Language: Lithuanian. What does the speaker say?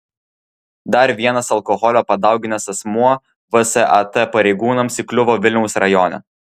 dar vienas alkoholio padauginęs asmuo vsat pareigūnams įkliuvo vilniaus rajone